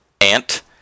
Ant